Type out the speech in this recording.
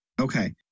okay